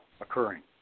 occurring